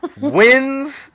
wins